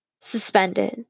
Suspended